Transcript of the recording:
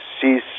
cease